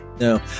No